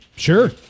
Sure